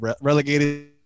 relegated